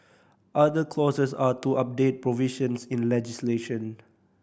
other clauses are to update provisions in legislation